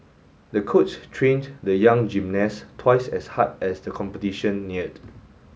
the coach trained the young gymnast twice as hard as the competition neared